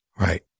Right